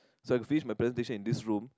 so I finished my presentation in this room